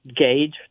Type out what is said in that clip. gauge